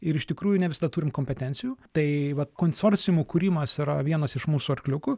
ir iš tikrųjų ne visada turim kompetencijų tai konsorciumų kūrimas yra vienas iš mūsų arkliukų